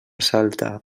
salta